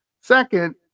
second